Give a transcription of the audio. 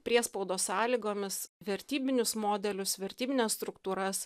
priespaudos sąlygomis vertybinius modelius vertybines struktūras